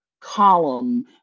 column